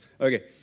Okay